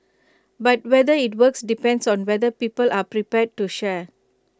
but whether IT works depends on whether people are prepared to share